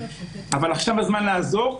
אבל עכשיו הזמן לעזור,